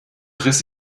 riss